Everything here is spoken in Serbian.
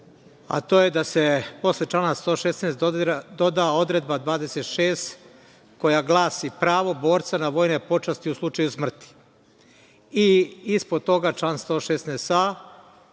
To je da se posle člana 116. doda odredba 26. koja glasi: „Pravo borca na vojne počasti u slučaju smrti“ i ispod toga član 116a